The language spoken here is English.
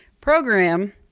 program